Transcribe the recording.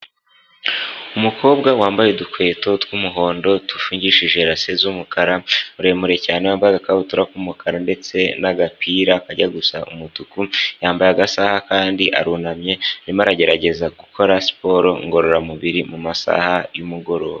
Umukobwa wambaye udukweto tw'umuhondo dufungishije race z'umukara, muremure cyane, wambaye agakabutura k'umukara ndetse n'agapira kajya gusa umutuku, yambaye agasaha kandi arunamye, arimo aragerageza gukora siporo ngororamubiri mu masaha y'umugoroba.